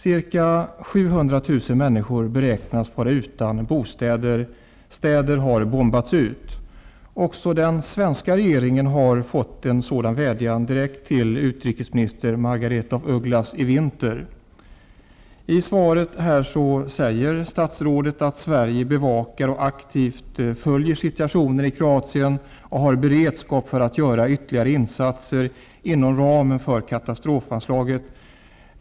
Ca 700 000 människor beräknas vara utan bostäder. Städer har bombats ut. Också den svenska regeringen har i vinter fått en sådan vädjan direkt till utrikesminister I svaret säger statsrådet att regeringen aktivt bevakar utvecklingen i Kroa tien och har beredskap för ytterligare insatser inom ramen för katastrofan slaget.